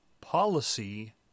policy